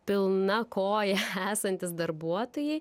pilna koja esantys darbuotojai